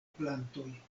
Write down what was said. plantoj